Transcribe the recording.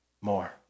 more